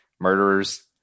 murderers